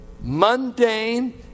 mundane